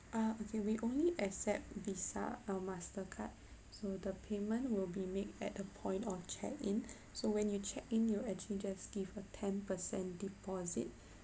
uh okay we only accept visa or mastercard so the payment will be made at a point of check in so when you check in you actually just give a ten per cent deposit